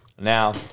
Now